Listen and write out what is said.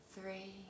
three